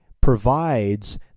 provides